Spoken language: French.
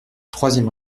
troisième